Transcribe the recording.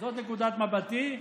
זו נקודת מבטי.